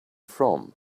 from